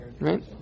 right